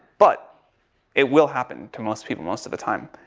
but it will happen to most people most of the time,